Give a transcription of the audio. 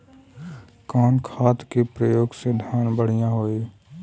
कवन खाद के पयोग से धान बढ़िया होई?